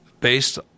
based